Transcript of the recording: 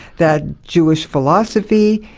that jewish philosophy,